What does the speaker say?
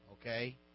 okay